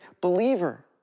believer